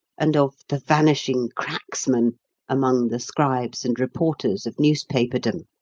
and of the vanishing cracksman among the scribes and reporters of newspaperdom.